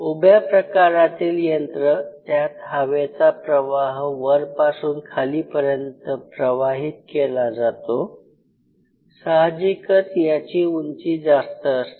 उभ्या प्रकारातील यंत्र ज्यात हवेचा प्रवाह वरपासून खालीपर्यंत प्रवाहीत केला जातो साहजिकच यांची उंची जास्त असते